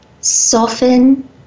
Soften